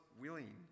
willing